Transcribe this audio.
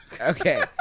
Okay